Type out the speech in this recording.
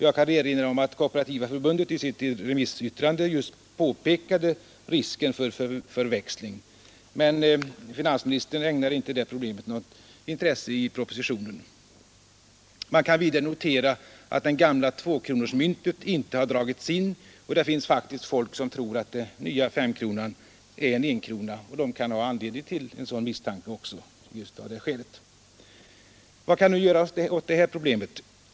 Jag kan erinra om att Kooperativa förbundet i sitt remissyttrande just påpekade risken för förväxling. Men finansministern ägnade inte det problemet något intresse i propositionen. Man kan vidare notera att det gamla tvåkronemyntet inte har dragits in, och det finns faktiskt folk som tror att den nya femkronan är en tvåkrona, och ett sådant misstag är också förklarligt. Vad kan nu göras åt det här problemet?